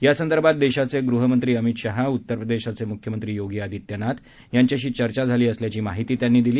यासंदर्भात देशाचे गृहमंत्री अमित शहा उत्तरप्रदेशचे मुख्यमंत्री योगी आदित्यनाथ यांच्याशी चर्चा झाली असल्याची माहिती त्यांनी दिली